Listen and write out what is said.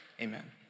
Amen